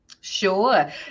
Sure